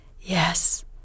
Yes